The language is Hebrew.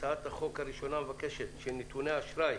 הצעת החוק הראשונה מבקשת שנתוני האשראי